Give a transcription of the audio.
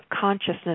consciousness